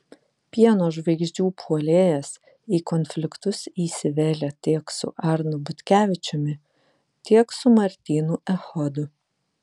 pieno žvaigždžių puolėjas į konfliktus įsivėlė tiek su arnu butkevičiumi tiek su martynu echodu